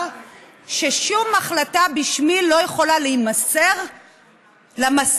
ששום החלטה בשמי לא יכולה להימסר למזכירות,